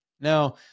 Now